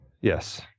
Yes